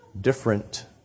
different